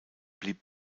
blieb